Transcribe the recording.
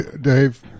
Dave